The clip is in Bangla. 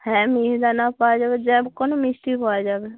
হ্যাঁ মিহিদানাও পাওয়া যাবে যেই কোনও মিষ্টিই পাওয়া যাবে